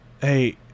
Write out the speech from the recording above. hey